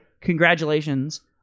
congratulations